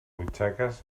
butxaques